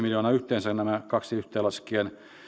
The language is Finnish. miljoonaa yhteensä nämä kaksi yhteen laskien